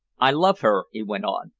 i love her, he went on,